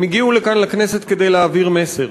הם הגיעו לכאן, לכנסת, כדי להעביר מסר: